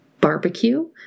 barbecue